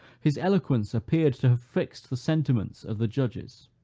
his eloquence appeared to have fixed the sentiments of the judges